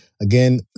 again